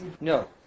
No